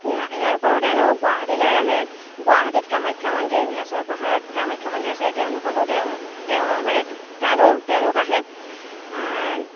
ইয়াৰ ইয়াৰ উপৰিও তেওঁলোক গুৱাহাটীলৈ আহে গুৱাহাটীত কামাখ্যা মন্দিৰ নীলাচল পাহাৰত কামাখ্যা মন্দিৰ আছে তেওঁলোকলৈয়ো তেওঁ মানে তালৈয়ো তেওঁলোক আহে